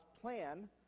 plan